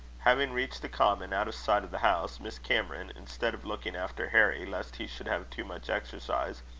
having reached the common, out of sight of the house, miss cameron, instead of looking after harry, lest he should have too much exercise,